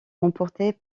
remportée